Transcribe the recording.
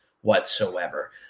whatsoever